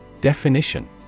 Definition